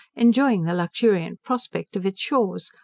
enjoying the luxuriant prospect of its shores,